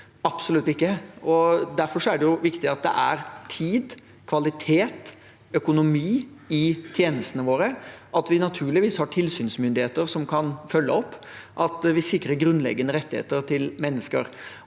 absolutt ikke. Derfor er det viktig at det er tid, kvalitet og økonomi i tjenestene våre, og at vi naturligvis har tilsynsmyndigheter som kan følge opp at vi sikrer grunnleggende rettigheter til mennesker.